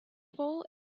full